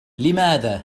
لماذا